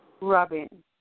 Robin